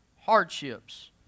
hardships